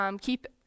keep